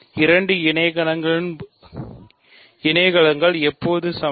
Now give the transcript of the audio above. இரண்டு இணைக்கணங்கள் எப்போது சமம்